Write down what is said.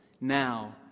now